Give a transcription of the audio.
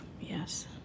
Yes